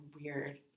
weird